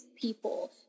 people